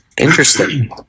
Interesting